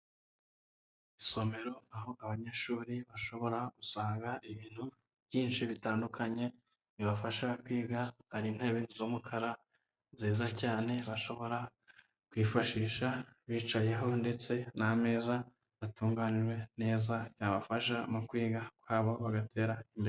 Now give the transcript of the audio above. Isomero aho abanyeshuri bashobora gusanga ibintu byinshi bitandukanye bibafasha kwiga, hari intebe z'umukara nziza cyane bashobora kwifashisha bicayeho, ndetse n'ameza batunganijwe neza yabafasha mu kwiga kwabo bagatera imbere.